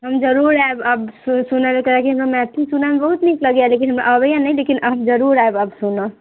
हम जरूर आएब सुनैलए कियाकि हम मैथिली सुनैमे बहुत नीक लगैए लेकिन अबैए नहि लेकिन हम जरूर आएब सुनऽ